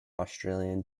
australian